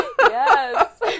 Yes